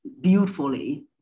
beautifully